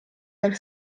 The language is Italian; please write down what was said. del